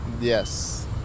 Yes